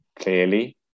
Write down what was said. clearly